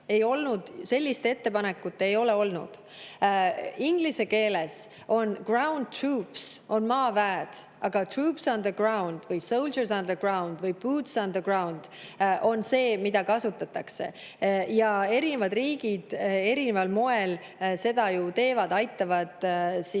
Sellist ettepanekut ei ole olnud. Inglise keelesground troopson maaväed, agatroops on the groundvõisoldiers on the groundvõiboots on the groundon see, mida kasutatakse. Erinevad riigid erineval moel seda ju teevad, aitavad